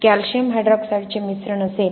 calcium हायड्रॉक्साईडचे मिश्रण असेल